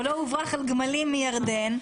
או לא הוברח על גמלים מירדן,